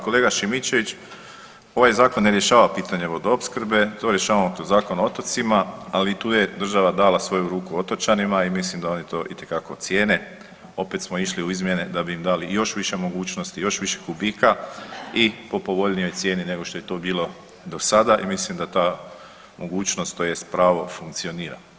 Kolega Šimičević, ovaj zakon ne rješava pitanje vodoopskrbe, to rješava Zakon o otocima, ali i tu je država dala svoju ruku otočanima i mislim da oni to itekako cijene, opet smo išli u izmjene da bi im dali još više mogućnosti, još više kubika i po povoljnijoj cijeni nego što je to bilo do sada i mislim da ta mogućnost tj. pravo funkcionira.